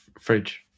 Fridge